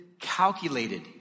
calculated